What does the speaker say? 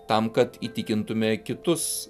tam kad įtikintume kitus